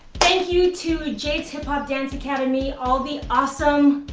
thank you to jade's hip hop dance academy, all the awesome,